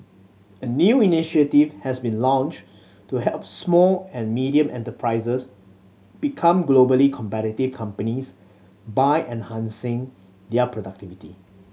a new initiative has been launched to help small and medium enterprises become globally competitive companies by enhancing their productivity